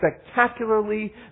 spectacularly